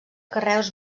carreus